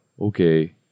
okay